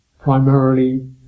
Primarily